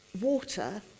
water